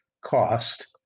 cost